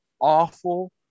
awful